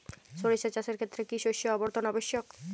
সরিষা চাষের ক্ষেত্রে কি শস্য আবর্তন আবশ্যক?